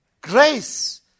grace